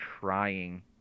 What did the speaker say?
trying